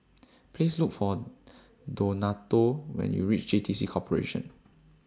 Please Look For Donato when YOU REACH J T C Corporation